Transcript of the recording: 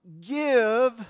give